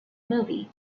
movie